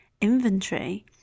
inventory